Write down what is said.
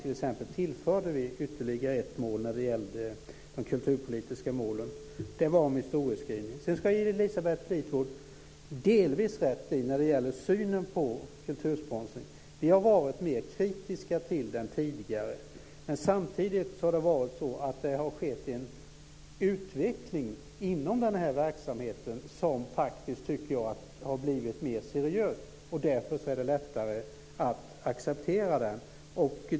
Vi tillförde t.ex. ytterligare ett mål när det gällde de kulturpolitiska målen. Det var om historieskrivningen. Sedan ska jag ge Elisabeth Fleetwood delvis rätt när det gäller synen på kultursponsring. Vi har varit mer kritiska till den tidigare. Samtidigt har det varit så att det har skett en utveckling inom den här verksamheten som faktiskt, tycker jag, har blivit mer seriös. Därför är det också lättare att acceptera den.